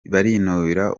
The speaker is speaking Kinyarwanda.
barinubira